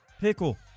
pickle